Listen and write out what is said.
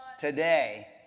today